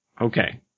Okay